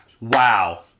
Wow